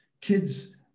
kids